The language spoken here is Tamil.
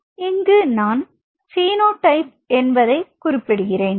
இங்கு நான் பினோடைப் என்பதை குறிப்பிடுகிறேன்